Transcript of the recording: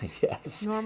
yes